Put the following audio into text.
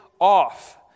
off